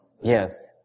Yes